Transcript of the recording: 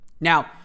Now